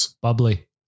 Bubbly